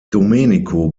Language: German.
domenico